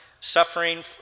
suffering